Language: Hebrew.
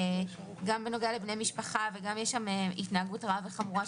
גם בנוגע לבני משפחה וגם בנוגע ל"התנהגות רעה וחמורה",